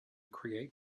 create